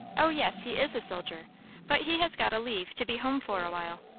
o yes he is a soldier but he has got a leave, to be home for awhile.